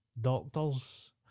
doctors